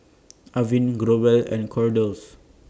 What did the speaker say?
Avene Growell and Kordel's